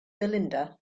belinda